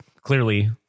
clearly